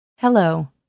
Hello